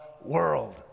world